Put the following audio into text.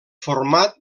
format